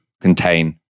contain